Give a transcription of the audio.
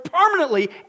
permanently